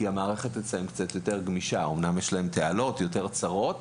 המערכת אצלם קצת יותר גמישה למרות התעלות היותר צרות.